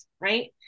right